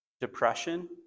depression